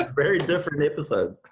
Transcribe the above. like very different episode.